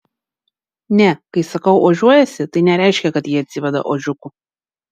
ne kai sakau ožiuojasi tai nereiškia kad ji atsiveda ožiukų